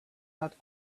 not